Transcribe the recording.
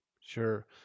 Sure